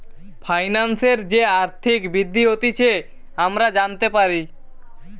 ফাইন্যান্সের যে আর্থিক বৃদ্ধি হতিছে আমরা জানতে পারি